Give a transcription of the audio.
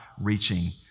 reaching